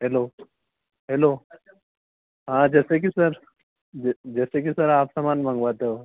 hello hello हाँ जैसे कि सर जैसे कि सर आप सामान मँगवाते हो